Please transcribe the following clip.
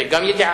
זו גם ידיעה.